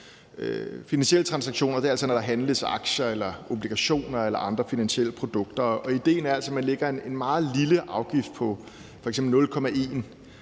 Finansielle transaktioner er, når der handles aktier eller obligationer eller andre finansielle produkter, og idéen er altså, at man lægger en meget lille afgift på f.eks. 0,1